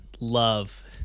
love